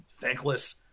thankless